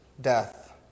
death